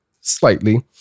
slightly